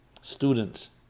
students